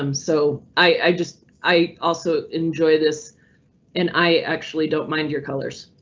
um so i just i also enjoy this and i actually don't mind your colors.